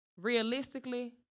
realistically